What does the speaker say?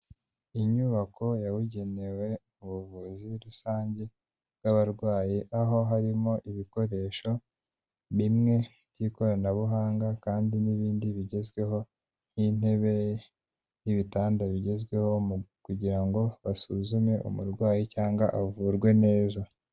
Inyubako yabugenewe mu buvuzi rusange bw'abarwayi, aho harimo ibikoresho bimwe by'ikoranabuhanga kandi n'ibindi bigezweho nk'intebe n'ibitanda bigezweho kugirango basuzume umurwayi cyangwa avurwe neza.